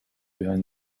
behind